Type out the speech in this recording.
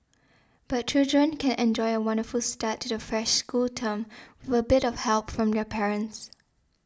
but children can enjoy a wonderful start to the fresh school term with a bit of help from their parents